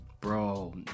Bro